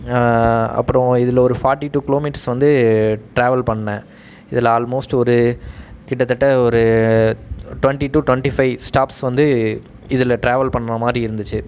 அப்புறம் இதில் ஒரு ஃபார்ட்டி டூ கிலோ மீட்டர்ஸ் வந்து டிராவல் பண்ணேன் இதுல ஆல்மோஸ்ட்டு ஒரு கிட்டத்தட்ட ஒரு twenty two twenty five staffs வந்து இதில் டிராவல் பண்ணுற மாதிரி இருந்துச்சு